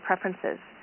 preferences